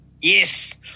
Yes